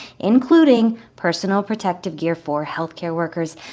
including personal protective gear for health care workers,